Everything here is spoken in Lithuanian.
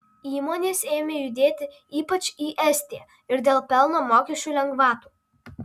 įmonės ėmė judėti ypač į estiją ir dėl pelno mokesčio lengvatų